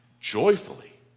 joyfully